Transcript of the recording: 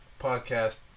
podcast